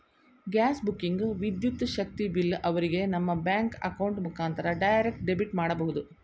gas booking, ವಿದ್ಯುತ್ ಶಕ್ತಿ bill ಅವರಿಗೆ ನಮ್ಮ ಬ್ಯಾಂಕ್ ಅಕೌಂಟ್ ಮುಖಾಂತರ ಡೈರೆಕ್ಟ್ ಡೆಬಿಟ್ ಮಾಡಬಹುದು